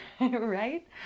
right